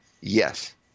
Yes